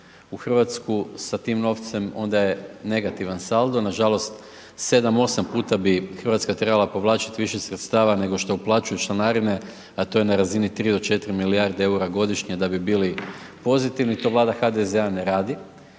u RH sa tim novcem, onda je negativan saldo, nažalost. 7-8 puta bi RH trebala povlačit više sredstava nego što uplaćuje članarine, a to je na razini 3 do 4 milijarde EUR-a godišnje da bi bili pozitivni, to Vlada HDZ-a ne radi.